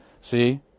See